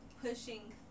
pushing